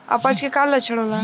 अपच के का लक्षण होला?